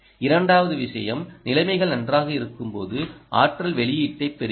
இரண்டாவது விஷயம் நிலைமைகள் நன்றாக இருக்கும்போது ஆற்றல் வெளியீட்டைப் பெறுகிறது